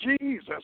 Jesus